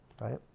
right